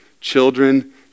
children